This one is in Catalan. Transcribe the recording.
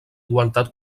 igualtat